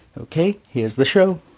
ok. here's the show